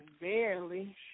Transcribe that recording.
barely